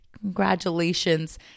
Congratulations